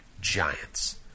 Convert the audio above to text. giants